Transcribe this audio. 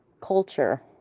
culture